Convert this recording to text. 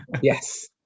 yes